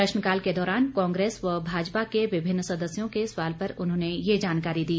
प्रश्नकाल के दौरान कांग्रेस व भाजपा के विभिन्न सदस्यों के सवाल पर उन्होंने ये जानकारी दी